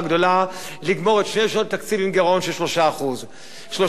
שתי שנות התקציב עם גירעון של 3%. 3% גירעון בכל שנה,